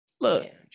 Look